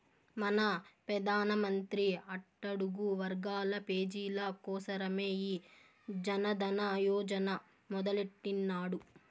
మన పెదానమంత్రి అట్టడుగు వర్గాల పేజీల కోసరమే ఈ జనదన యోజన మొదలెట్టిన్నాడు